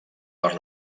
per